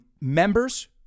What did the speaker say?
members